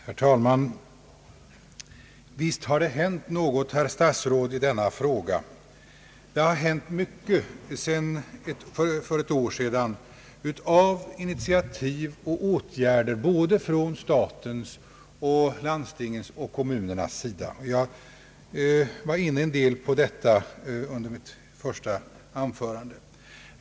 Herr talman! Visst har det hänt något på detta område, herr statsråd. Sedan beslutet fattades i riksdagen för ett år sedan har tagits många initiativ och vidtagits en mängd åtgärder från såväl statens, landstingens som kommunernas sida. Jag var delvis inne på detta i mitt första anförande.